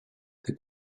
this